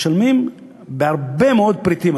משלמים על הרבה מאוד פריטים,